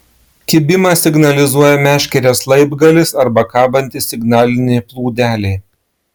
kibimą signalizuoja meškerės laibgalis arba kabanti signalinė plūdelė